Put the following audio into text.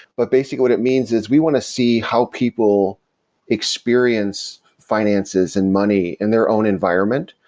but basically, what it means is we want to see how people experience finances and money in their own environment,